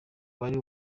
wari